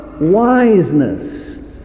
wiseness